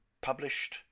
published